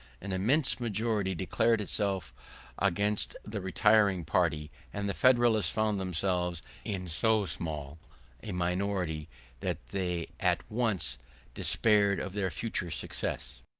an immense majority declared itself against the retiring party, and the federalists found themselves in so small a minority that they at once despaired of their future success.